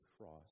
cross